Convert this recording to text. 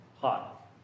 hot